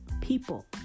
people